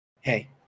Hey